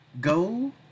Go